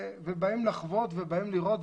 ובאים לחוות ובאים לראות.